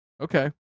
Okay